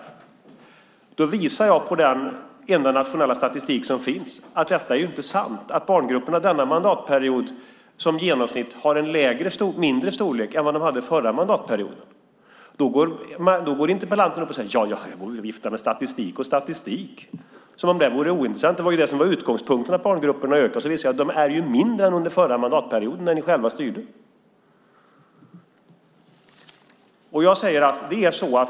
Jag har med den enda nationella statistik som finns visat att detta inte är sant, att barngrupperna denna mandatperiod i genomsnitt har en mindre storlek än vad de hade förra mandatperioden. Då går interpellanten upp och säger att jag viftar med statistik och statistik, som om den vore ointressant. Det som var utgångspunkten var ju att barngrupperna har ökat, men då visar det sig att de är mindre än under förra mandatperioden när ni själva styrde.